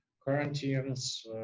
quarantines